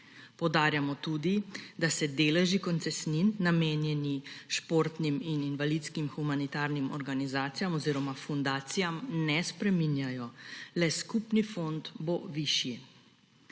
Poudarjamo tudi, da se deleži koncesnin, namenjenih športnim in invalidskim humanitarnim organizacijam oziroma fundacijam, ne spreminjajo, le skupni fond bo višji.